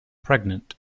pregnant